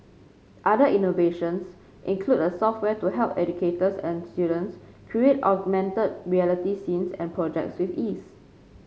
other innovations include a software to help educators and students create augmented reality scenes and projects with ease